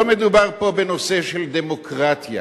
לא מדובר פה בנושא של דמוקרטיה,